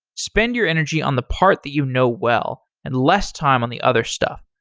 spend your energy on the part that you know well and less time on the other stuff.